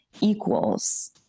equals